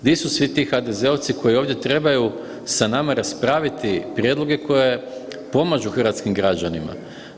Di su svi ti HDZ-ovci koji ovdje trebaju sa nama raspraviti prijedloge koje pomažu hrvatskim građanima?